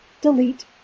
delete